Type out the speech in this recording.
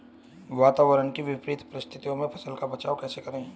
वातावरण की विपरीत परिस्थितियों में फसलों का बचाव कैसे करें?